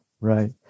right